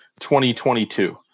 2022